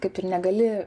kaip ir negali